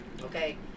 Okay